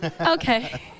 Okay